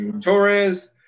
Torres